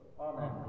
Amen